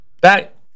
Back